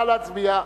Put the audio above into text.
נא להצביע.